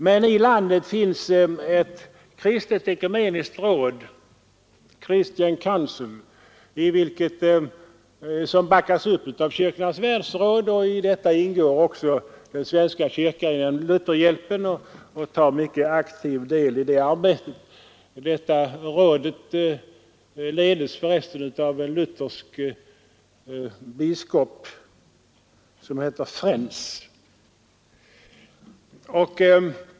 Men i landet finns ett kristet ekumeniskt råd — Christian Council — som får sitt stöd från Kyrkornas världsråd. I detta råd ingår också den svenska kyrkan genom Lutherhjälpen, som tar "mycket aktiv del i arbetet. Rådet leds förresten av en luthersk biskop, som heter Frenz.